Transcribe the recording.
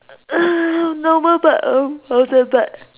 uh normal bike normal bike